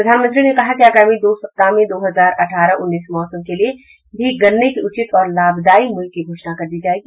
प्रधानमंत्री ने कहा कि अगामी दो सप्ताह में दो हजार आठारह उन्नीस मौसम के लिए भी गन्ने के उचित और लाभदायी मूल्य की घोषणा कर दी जायेगी